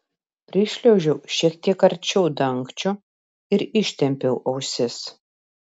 prišliaužiau šiek tiek arčiau dangčio ir ištempiau ausis